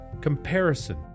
comparison